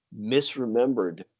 misremembered